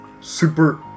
Super